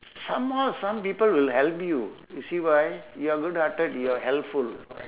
somehow some people will help you you see why you are good hearted you are helpful